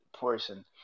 person